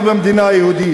ואתה קורא לנו גזענים?